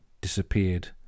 disappeared